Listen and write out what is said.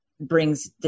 brings